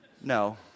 No